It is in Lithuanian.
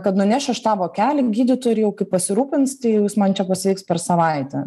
kad nunešiu aš tą vokelį gydytojui ir jau kai pasirūpins tai jau jis man čia pasieks per savaitę